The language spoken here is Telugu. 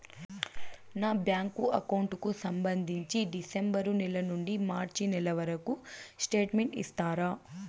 నా బ్యాంకు అకౌంట్ కు సంబంధించి డిసెంబరు నెల నుండి మార్చి నెలవరకు స్టేట్మెంట్ ఇస్తారా?